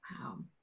Wow